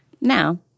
Now